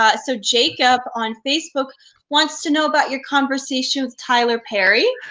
ah so jacob on facebook wants to know about your conversation with tyler perry.